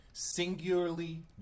Singularly